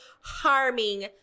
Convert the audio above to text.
harming